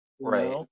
Right